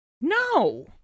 No